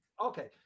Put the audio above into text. Okay